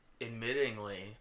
admittingly